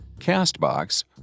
Castbox